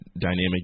dynamic